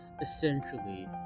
essentially